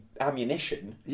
ammunition